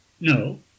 No